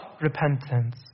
repentance